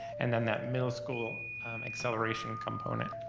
and then that middle school acceleration component.